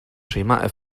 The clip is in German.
schema